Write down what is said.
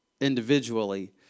individually